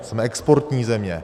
Jsme exportní země.